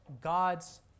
God's